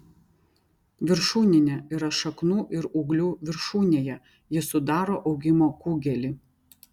viršūninė yra šaknų ir ūglių viršūnėje ji sudaro augimo kūgelį